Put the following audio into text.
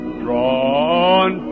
drawn